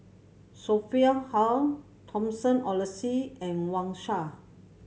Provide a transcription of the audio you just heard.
Sophia How Thomas Oxley and Wang Sha